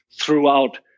throughout